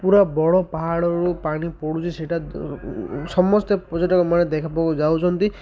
ପୁରା ବଡ଼ ପାହାଡ଼ରୁ ପାଣି ପଡ଼ୁଛି ସେଇଟା ସମସ୍ତେ ପର୍ଯ୍ୟଟକମାନୋନ ଦେଖବାକୁ ଯାଉଛନ୍ତି